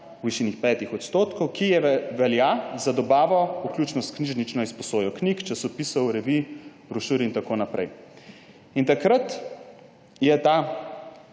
v višini 5 %, ki velja za dobavo, vključno s knjižnično izposojo knjig, časopisov, revij, brošur in tako naprej. Takrat je ta